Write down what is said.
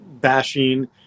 bashing